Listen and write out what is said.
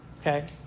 okay